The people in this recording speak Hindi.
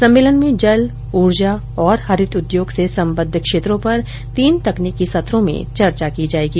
सम्मेलन में जल ऊर्जा और हरित उद्योग से संबद्ध क्षेत्रों पर तीन तकनीकी सत्रों में चर्चा की जाएगी